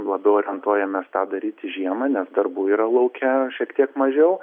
labiau orientuojamės tą daryti žiemą nes darbų yra lauke šiek tiek mažiau